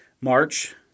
March